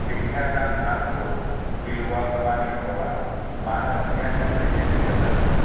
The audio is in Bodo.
बैद्य'नाथ नागपुर बिल्वा खोमानि थावआ मानो मैयानिख्रुइ बेसेन गोसासिन